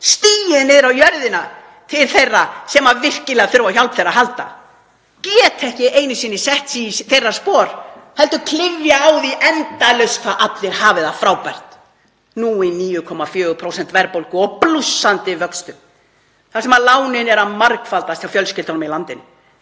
niður á jörðina til þeirra sem virkilega þurfa á hjálp þeirra að halda? Þeir geta ekki einu sinni sett sig í þeirra spor heldur klifa á því endalaust að allir hafi það frábært, nú í 9,4% verðbólgu og blússandi vöxtum þar sem lánin eru að margfaldast hjá fjölskyldunum í landinu,